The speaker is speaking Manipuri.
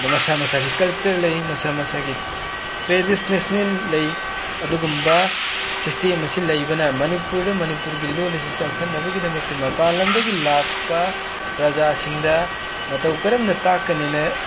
ꯃꯁꯥ ꯃꯁꯥꯒꯤ ꯀꯜꯆꯔ ꯂꯩ ꯃꯁꯥ ꯃꯁꯥꯒꯤ ꯇ꯭ꯔꯦꯗꯤꯁꯅꯦꯁꯅꯦꯟ ꯂꯩ ꯑꯗꯨꯒꯨꯝꯕ ꯁꯤꯁꯇꯦꯝ ꯑꯁꯤ ꯂꯩꯕꯅ ꯃꯅꯤꯄꯨꯔꯗ ꯃꯅꯤꯄꯨꯔꯒꯤ ꯂꯣꯟ ꯂꯤꯁꯤ ꯆꯥꯎꯈꯠꯅꯕꯒꯤꯗꯃꯛꯇ ꯃꯄꯥꯟ ꯂꯝꯗꯒꯤ ꯂꯥꯛꯄ ꯄ꯭ꯔꯖꯥꯁꯤꯡꯗ ꯃꯇꯧ ꯀꯔꯝꯅ ꯇꯥꯛꯀꯅꯤꯅ